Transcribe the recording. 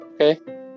Okay